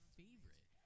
favorite